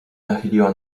nachyliła